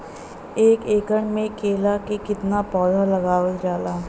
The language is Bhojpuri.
एक एकड़ में केला के कितना पौधा लगावल जाला?